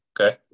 okay